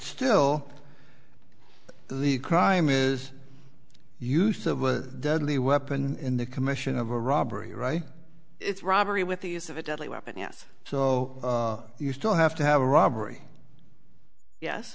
still the crime is use of a deadly weapon in the commission of a robbery right it's robbery with the use of a deadly weapon yes so you still have to have a robbery yes